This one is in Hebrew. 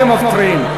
אתם מפריעים.